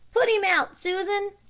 put him out, susan.